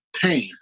pain